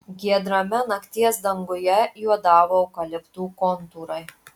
giedrame nakties danguje juodavo eukaliptų kontūrai